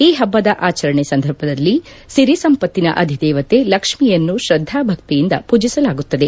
ಈ ಹಬ್ಬ ಆಚರಣೆ ಸಂದರ್ಭದಲ್ಲಿ ಸಿರಿ ಸಂಪತ್ತಿನ ಅಧಿದೇವತೆ ಲಕ್ಷ್ಮೀಯನ್ನು ಶ್ರದ್ದಾಭಕ್ತಿಯಿಂದ ಪೂಜಿಸಲಾಗುತ್ತದೆ